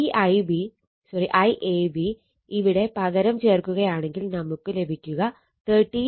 ഈ IAB ഇവിടെ പകരം ചേർക്കുകയാണെങ്കിൽ നമുക്ക് ലഭിക്കുക 13